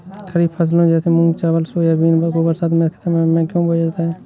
खरीफ फसले जैसे मूंग चावल सोयाबीन को बरसात के समय में क्यो बोया जाता है?